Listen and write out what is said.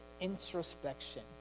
introspection